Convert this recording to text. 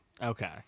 Okay